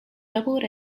doubled